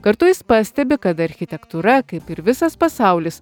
kartu jis pastebi kad architektūra kaip ir visas pasaulis